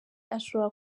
ashobora